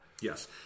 yes